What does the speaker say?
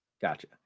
Gotcha